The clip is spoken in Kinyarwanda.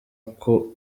uko